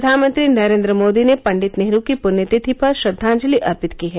प्रधानमंत्री नरेन्द्र मोदी ने पंडित नेहरू की पुण्यतिथि पर श्रद्वाजलि अर्पित की है